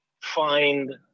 find